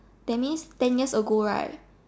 that means ten years ago right